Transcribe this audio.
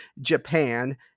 Japan